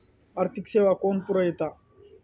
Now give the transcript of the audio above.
आर्थिक सेवा कोण पुरयता?